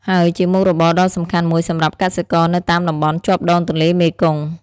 ហើយជាមុខរបរដ៏សំខាន់មួយសម្រាប់កសិករនៅតាមតំបន់ជាប់ដងទន្លេមេគង្គ។